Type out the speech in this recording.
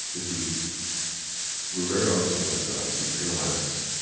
if we were very honest with ourselves, we'd realize,